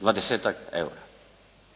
20-tak EUR-a.